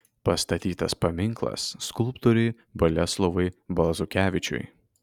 pastatytas paminklas skulptoriui boleslovui balzukevičiui